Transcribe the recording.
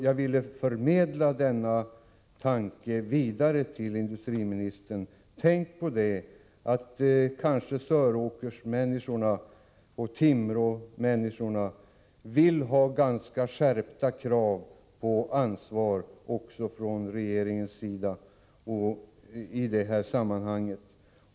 Jag vill förmedla detta vidare till industriministern: Tänk på att Söråkersmänniskorna och Timråmänniskorna ställer skärpta krav på ansvar också från regeringens sida i det här sammanhanget.